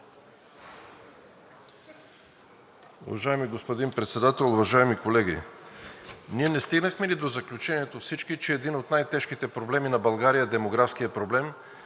Уважаеми господин Председател, уважаеми колеги! Ние не стигнахме ли всички до заключението, че един от най-тежките проблеми на България е демографският проблем